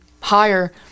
higher